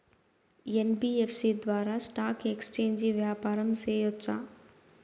NBFC ద్వారా stock exchange వ్యాపారం సేయొచ్చా?